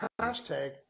hashtag